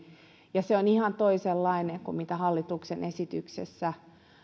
ja se on ihan toisenlainen kuin hallituksen esityksessä